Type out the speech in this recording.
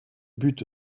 but